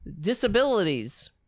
disabilities